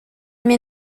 met